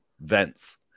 vents